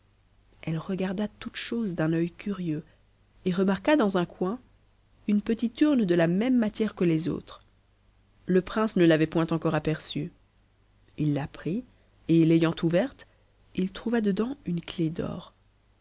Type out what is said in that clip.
elle regarda toutes choses d'un œh curieux et remarqua dans un coin une petite urne de la même matière que les autres ïe prince ne l'avait point encore aperçue il la prit et l'ayant ouverte il trouva dedans une ctefd'or